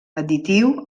additiu